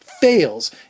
fails